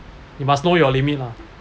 you must know your limit lah